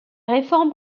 réforme